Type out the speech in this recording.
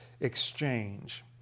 exchange